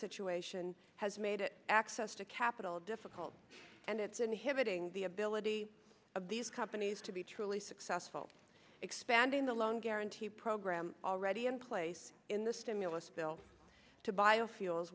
situation has made it access to capital difficult and it's inhibiting the ability of these companies to be truly successful expanding the loan guarantee program already in place in the stimulus bill to